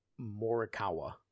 Morikawa